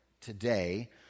Today